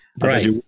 Right